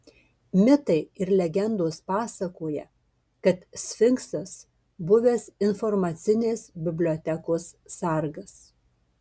mitai ir legendos pasakoja kad sfinksas buvęs informacinės bibliotekos sargas